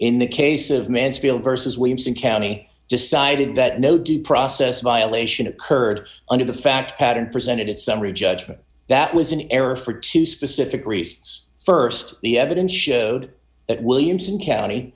in the case of mansfield versus williamson county decided that no due process violation occurred under the fact pattern presented at summary judgment that was in error for two specific reasons st the evidence showed that williamson county